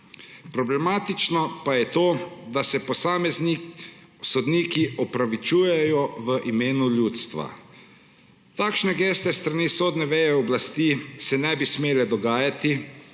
Problematično pa je to, da se posameznik, sodniki opravičujejo v imenu ljudstva. Takšne geste se s strani sodne veje oblasti ne bi smele dogajati,